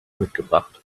mitgebracht